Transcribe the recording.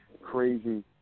crazy